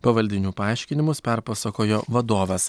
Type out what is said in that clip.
pavaldinių paaiškinimus perpasakojo vadovas